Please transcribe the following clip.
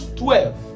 twelve